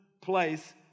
place